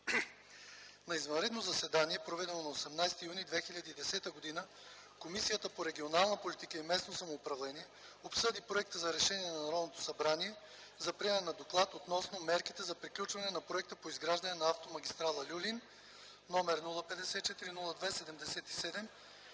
На извънредно заседание, проведено на 18 юни 2010 г., Комисията по регионална политика и местно самоуправление обсъди Проекта за решение на Народното събрание за приемане на Доклад относно мерките за приключване на Проекта по изграждане на Автомагистрала „Люлин” № 054-02-77,